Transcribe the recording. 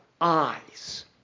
eyes